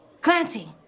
Clancy